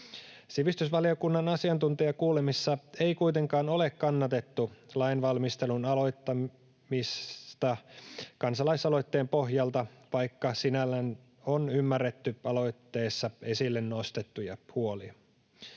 Sivistysvaliokunnan asiantuntijakuulemisissa ei kuitenkaan ole kannatettu lainvalmistelun aloittamista kansalaisaloitteen pohjalta, vaikka sinällään on ymmärretty aloitteessa esille nostettuja huolia.